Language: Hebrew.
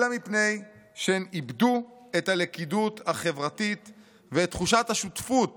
אלא מפני שהן איבדו את הלכידות החברתית ואת תחושת השותפות